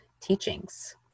teachings